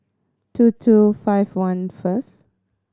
two two five one first